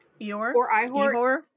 ihor